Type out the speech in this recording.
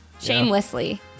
shamelessly